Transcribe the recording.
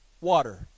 water